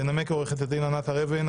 תנמק עורכת הדין ענת הר אבן,